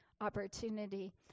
Opportunity